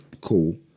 cool